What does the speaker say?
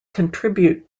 contribute